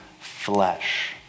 flesh